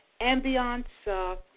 ambiance